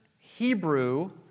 Hebrew